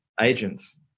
agents